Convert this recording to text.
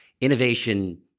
innovation